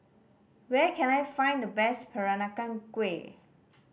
where can I find the best Peranakan Kueh